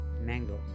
mango